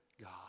God